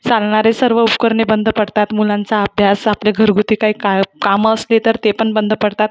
चालणारे सर्व उपकरणे बंद पडतात मुलांचा अभ्यास आपली घरगुती काही का कामं असली तर ते पण बंद पडतात